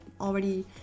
already